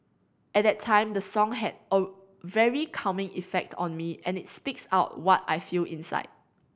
at that time the song had a very calming effect on me and it speaks out what I feel inside